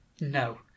No